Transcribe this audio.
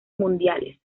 mundiales